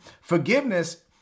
Forgiveness